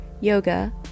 yoga